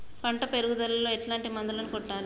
పంట పెరుగుదలలో ఎట్లాంటి మందులను కొట్టాలి?